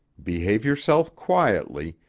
behave yourself quietly,